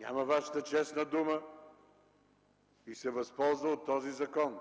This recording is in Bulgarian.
няма Вашата честна дума и се възползва от този закон.